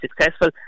successful